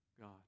God